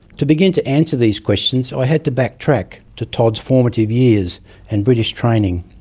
to begin to answer these questions, i had to backtrack to todd's formative years and british training.